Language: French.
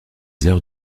heures